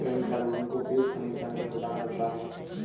कृमि खाद भूमि को उपयुक्त खनिज संतुलन प्रदान करता है